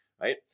right